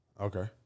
Okay